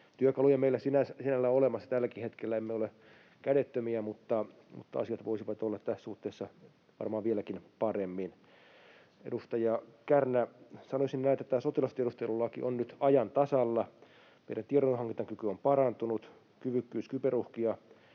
Työkaluja meillä sinällään on olemassa tälläkin hetkellä, emme ole kädettömiä, mutta asiat voisivat olla tässä suhteessa varmaan vieläkin paremmin. Edustaja Kärnä: Sanoisin näin, että tämä sotilastiedustelulaki on nyt ajan tasalla. Meidän tiedonhankintakykymme on parantunut, kyvykkyys kyberuhkia